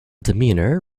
demeanour